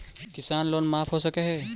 किसान लोन माफ हो सक है?